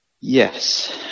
Yes